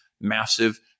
Massive